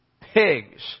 pigs